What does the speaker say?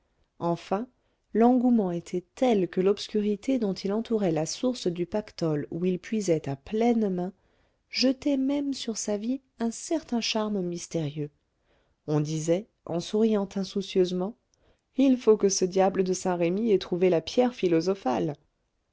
enfin l'engouement était tel que l'obscurité dont il entourait la source du pactole où il puisait à pleines mains jetait même sur sa vie un certain charme mystérieux on disait en souriant insoucieusement il faut que ce diable de saint-remy ait trouvé la pierre philosophale